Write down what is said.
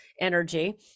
energy